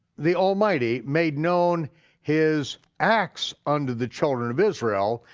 the almighty made known his acts unto the children of israel,